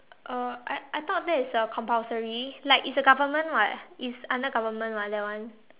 uh I I thought that is a compulsory like is a government [what] it's under government [what] that one